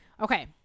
Okay